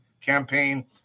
campaign